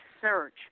Search